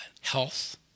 Health